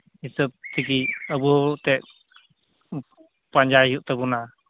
ᱦᱤᱥᱟᱹᱵ ᱛᱮᱜᱮ ᱟᱵᱚ ᱮᱱᱛᱮᱫ ᱯᱟᱸᱡᱟ ᱦᱩᱭᱩᱜ ᱛᱟᱵᱚᱱᱟ